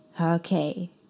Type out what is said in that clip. Okay